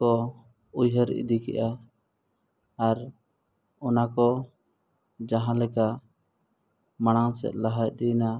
ᱠᱚ ᱩᱭᱦᱟᱹᱨ ᱤᱫᱤ ᱠᱮᱫᱟ ᱟᱨ ᱚᱱᱟᱠᱚ ᱡᱟᱦᱟᱸᱞᱮᱠᱟ ᱢᱟᱲᱟᱝ ᱥᱮᱫ ᱞᱟᱦᱟ ᱤᱫᱤᱭᱮᱱᱟ